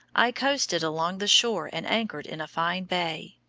i coasted along the shore and anchored in a fine bay.